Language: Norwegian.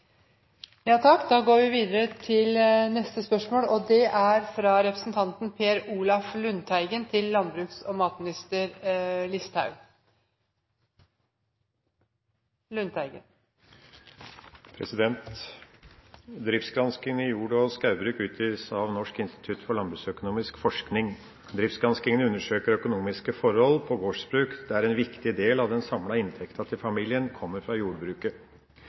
i jord- og skogbruk utgis av Norsk institutt for landsbruksøkonomisk forskning. Driftsgranskningene undersøker økonomiske forhold på gårdsbruk der en viktig del av den samla inntekten til familien kommer fra jordbruket.